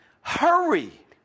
hurry